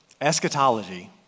Eschatology